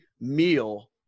meal